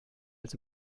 als